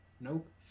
nope